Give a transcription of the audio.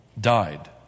died